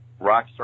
Rockstar